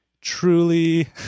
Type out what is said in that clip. truly